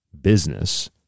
business